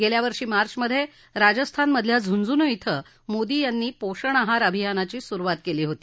गेल्या वर्षी मार्चमधे राजस्थानमधल्या झुंझनू क्वि मोदी यांनी पोषण आहार अभियानाची सुरुवात केली होती